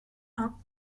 ain